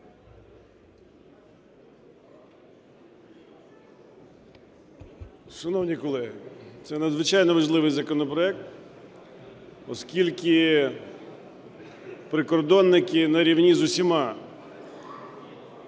Шановні колеги, це надзвичайно важливий законопроект, оскільки прикордонники на рівні з усіма